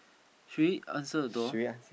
should we answer the door